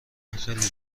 خیلی